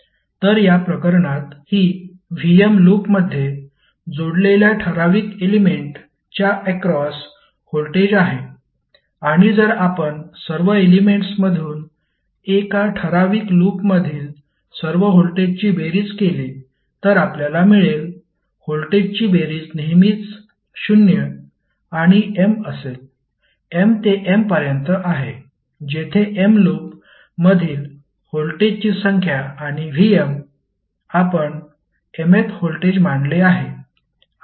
तर या प्रकरणात ही Vm लूपमध्ये जोडलेल्या ठराविक एलेमेंट च्या अक्रॉस व्होल्टेज आहे आणि जर आपण सर्व एलेमेंट्समधून एका ठराविक लूपमधील सर्व व्होल्टेजची बेरीज केली तर आपल्याला मिळेल व्होल्टेजची बेरीज नेहमीच 0 आणि mअसेल m ते M पर्यंत आहे जेथे M लूप मधील व्होल्टेजची संख्या आणि Vm आपण mth व्होल्टेज मानले आहे